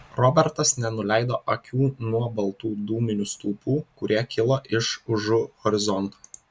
robertas nenuleido akių nuo baltų dūminių stulpų kurie kilo iš užu horizonto